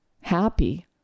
happy